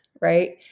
right